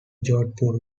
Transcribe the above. jodhpur